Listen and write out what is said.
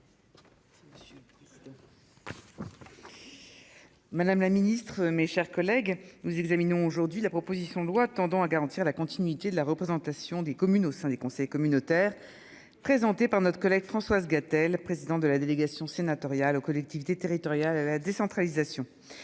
Madame la ministre, mes chers collègues, nous examinons aujourd'hui la proposition de loi tendant à garantir la continuité de la représentation des communes au sein des conseils communautaires présentée par notre collègue Françoise Gatel, président de la délégation sénatoriale aux collectivités territoriales à la décentralisation.